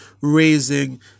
raising